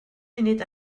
munud